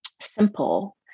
simple